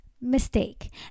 mistake